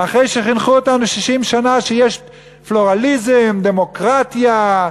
אחרי שחינכו אותנו 60 שנה שיש פלורליזם, דמוקרטיה,